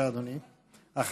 אדוני היושב-ראש, רגע.